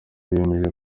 biyemeje